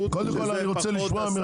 ואנחנו לא יכולים לעבוד.